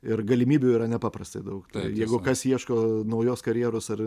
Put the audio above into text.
ir galimybių yra nepaprastai daug jeigu kas ieško naujos karjeros ar